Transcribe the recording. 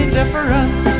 different